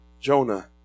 Jonah